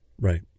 Right